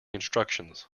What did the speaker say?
instructions